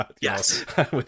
Yes